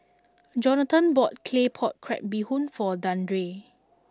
Johnathon bought Claypot Crab Bee Hoon Soup for Deandre